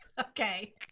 Okay